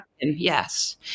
yes